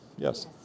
Yes